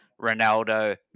Ronaldo